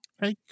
Hey